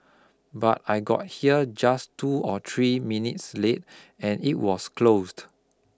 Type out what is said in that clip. but I got here just two or three minutes late and it was closed